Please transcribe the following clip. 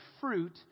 fruit